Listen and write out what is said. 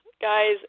guys